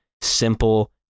simple